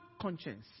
conscience